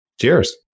Cheers